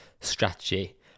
strategy